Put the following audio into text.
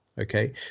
okay